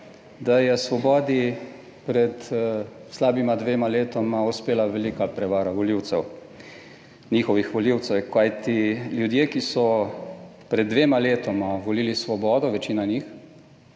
da je Svobodi pred slabima dvema letoma uspela velika prevara volivcev, njihovih volivcev. Kajti ljudje, ki so pred dvema letoma volili svobodo, večina njih